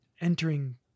entering